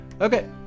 Okay